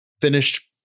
finished